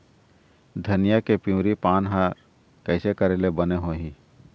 धनिया के पिवरी पान हर कइसे करेले बने होही?